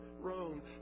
Rome